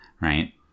right